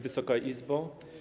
Wysoka Izbo!